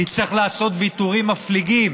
נצטרך לעשות ויתורים מפליגים